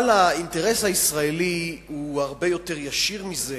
אבל האינטרס הישראלי הוא הרבה יותר ישיר מזה,